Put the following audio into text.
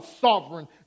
sovereign